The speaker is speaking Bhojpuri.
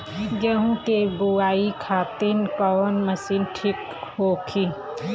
गेहूँ के बुआई खातिन कवन मशीन ठीक होखि?